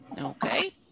Okay